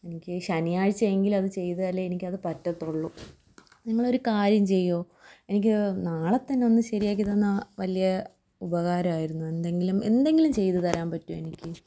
എനിക്ക് ശനിയാഴ്ച എങ്കിലും അത് ചെയ്താലേ എനിക്കത് പറ്റത്തുള്ളൂ നിങ്ങളൊരു കാര്യം ചെയ്യുമോ എനിക്ക് നാളെത്തന്നെ ഒന്ന് ശരിയാക്കിത്തന്നാല് വലിയ ഉപകാരമായിരുന്നു എന്തെങ്കിലും എന്തെങ്കിലും ചെയുതുതരാൻ പറ്റുമോ എനിക്ക്